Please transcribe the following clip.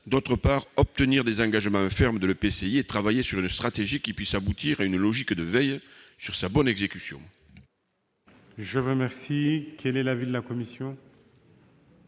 d'autre part, obtenir des engagements fermes de l'EPCI et travailler sur une stratégie qui puisse aboutir à une logique de veille sur sa bonne exécution. Quel est l'avis de la commission ?